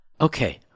Okay